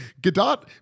Gadot